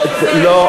הליכות.